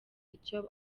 icyo